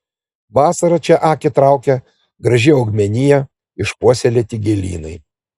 vasarą čia akį traukia graži augmenija išpuoselėti gėlynai